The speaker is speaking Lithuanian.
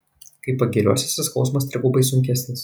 kai pagiriosiesi skausmas trigubai sunkesnis